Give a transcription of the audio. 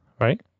right